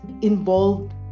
involved